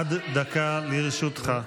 עד דקה לרשותך.